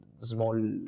small